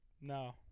No